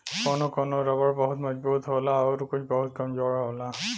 कौनो कौनो रबर बहुत मजबूत होला आउर कुछ बहुत कमजोर होला